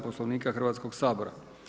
Poslovnika Hrvatskog sabora.